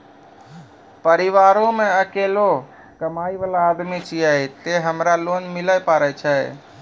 परिवारों मे अकेलो कमाई वाला आदमी छियै ते हमरा लोन मिले पारे छियै?